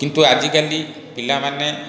କିନ୍ତୁ ଆଜିକାଲି ପିଲାମାନେ